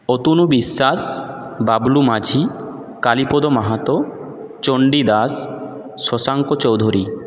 Atanu Biswas Bablu Majhi Kalipada Mahato Chandi Das Shashanka Chowdhury